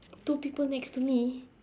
two people next to me